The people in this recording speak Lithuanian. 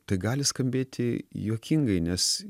tai gali skambėti juokingai nes